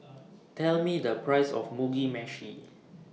Tell Me The Price of Mugi Meshi